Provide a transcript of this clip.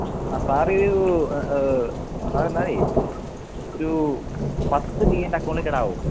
ആ sir sir എന്നാലെ ഒരു പത്ത് കെ എൻ്റെ അക്കൗണ്ടിലേക്ക് ഇടാമോ